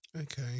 Okay